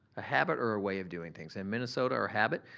a habit or a way of doing things. in minnesota, our habit,